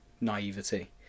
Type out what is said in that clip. naivety